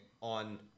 on